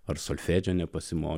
ar solfedžio nepasimokė